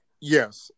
yes